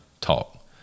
talk